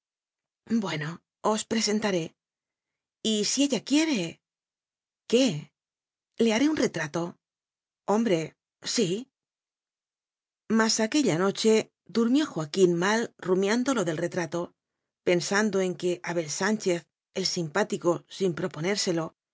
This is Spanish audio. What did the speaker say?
bueno os presentaré y si ella quiere q u é le haré un retrato hombre sí mas aquella noche durmió joaquín mal rumiando lo del retrato pensando en que abel sánchez el simpático sin proponérselo